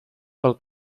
pel